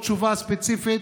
או תשובה ספציפית.